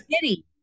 City